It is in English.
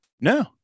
No